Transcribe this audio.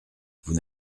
vous